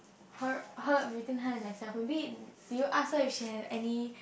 her her between her and herself did you ask her if she had any